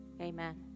Amen